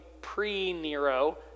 pre-Nero